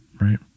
right